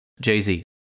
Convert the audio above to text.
Jay-Z